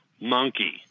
monkey